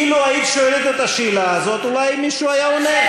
אילו היית שואלת את השאלה הזאת אולי מישהו היה עונה.